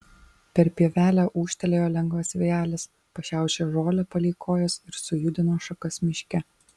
per pievelę ūžtelėjo lengvas vėjelis pašiaušė žolę palei kojas ir sujudino šakas miške